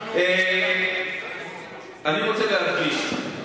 אני רוצה להדגיש.